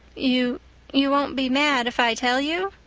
you you won't be mad if i tell you?